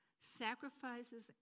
Sacrifices